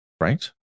Right